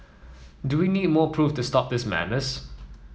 do we need more proof to stop this madness